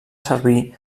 servir